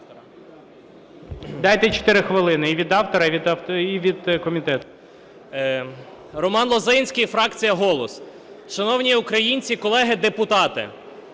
Дайте чотири хвилини: і від автора, і від комітету.